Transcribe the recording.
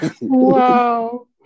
Wow